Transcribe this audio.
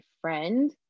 friend